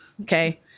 Okay